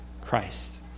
Christ